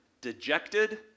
dejected